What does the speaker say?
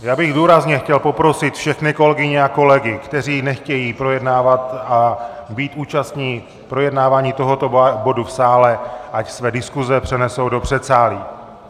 Já bych důrazně chtěl poprosit všechny kolegyně a kolegy, kteří nechtějí projednávat a být účastni projednávání tohoto bodu v sále, ať své diskuze přenesou do předsálí!